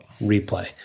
replay